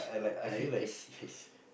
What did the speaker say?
I I see I see